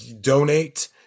donate